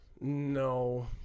No